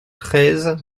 treize